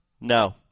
No